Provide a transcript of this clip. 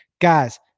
Guys